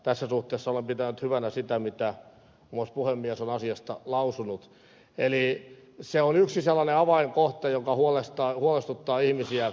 tässä suhteessa olen pitänyt hyvänä sitä mitä muun muassa puhemies on asiasta lausunut eli se on yksi sellainen avainkohta joka huolestuttaa ihmisiä